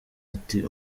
ati